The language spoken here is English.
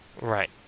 Right